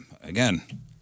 again